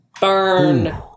Burn